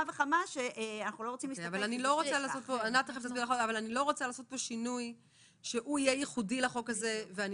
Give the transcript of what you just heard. אני לא רוצה לעשות כאן שינוי שיהיה ייחודי לחוק הזה ואני